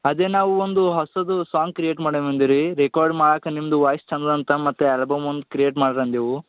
ಅದೆ ನಾವು ಒಂದು ಹೊಸದು ಸಾಂಗ್ ಕ್ರಿಯೇಟ್ ಮಾಡೇವಂದಿರಿ ರೆಕಾರ್ಡ್ ಮಾಡಕೆ ನಿಮ್ದು ವಾಯ್ಸ್ ಚಂದದಂತ ಮತ್ತು ಆ್ಯಲ್ಬಮ್ ಒಂದು ಕ್ರಿಯೇಟ್ ಮಾಡ್ರ್ ಅಂದೇವು